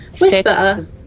Whisper